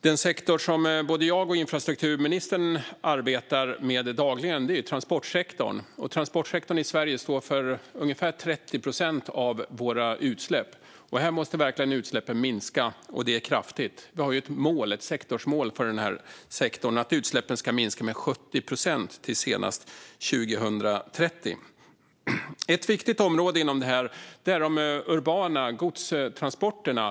Den sektor som både jag och infrastrukturministern arbetar med dagligen är transportsektorn. Transportsektorn i Sverige står för ungefär 30 procent av våra utsläpp. Här måste verkligen utsläppen minska, och det kraftigt. Vi har ett mål för denna sektor att utsläppen ska minska med 70 procent senast till 2030. Ett viktigt område inom sektorn är de urbana godstransporterna.